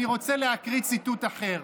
אני רוצה להקריא ציטוט אחר.